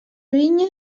vinya